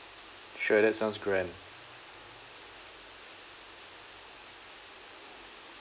sure that sounds grand